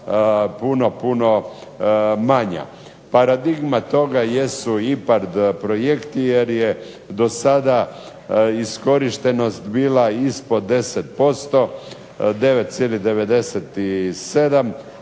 puno, puno manja. Paradigma tome jesu IPHARD projekti jer je do sada iskorištenost bila ispod 10%, 9,97